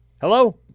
Hello